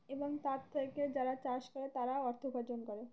এবং তার থেকে যারা চাষ করে তারাও অর্থ উপার্জন করে